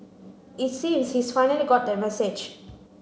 it seems he's finally got that message